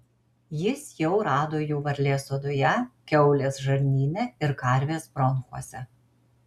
jis jau rado jų varlės odoje kiaulės žarnyne ir karvės bronchuose